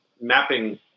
mapping